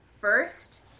first